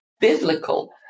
biblical